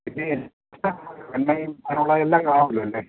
ഇത് എല്ലാം കാണുമല്ലോ അല്ലേ